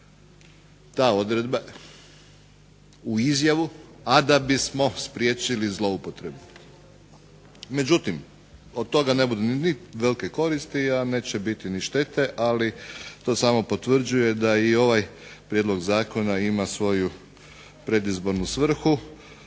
ta odredba u izjavu, a da bismo spriječili zloupotrebu. Međutim od toga ne bude ni velike koristi, a neće biti ni štete, ali to samo potvrđuje da i ovaj prijedlog zakona ima svoju predizbornu svrhu,